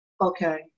Okay